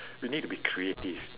we need to be creative